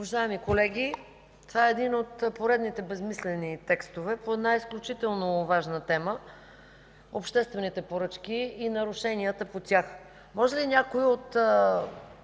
Уважаеми колеги, това е един от поредните безсмислени текстове по една изключително важна тема – обществените поръчки и нарушенията по тях. Може ли някой от